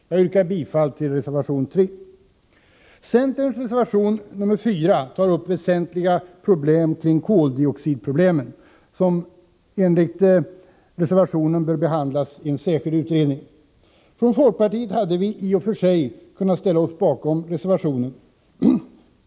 Jag yrkar bifall till reservation 3. Centerns reservation nr 4 tar upp väsentliga frågor kring koldioxidproblemen, som enligt reservationen bör behandlas i en utredning. Från folkpartiets sida hade vi i och för sig kunnat ställa oss bakom reservationen.